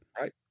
Right